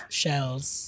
shells